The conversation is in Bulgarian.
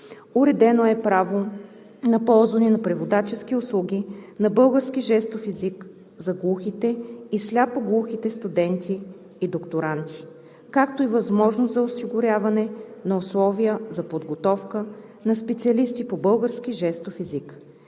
Уредено е право на ползване на преводачески услуги на български жестов език за глухите и сляпо-глухите студенти и докторанти, както и възможност за осигуряване на условия за подготовка на специалисти по български жестов език.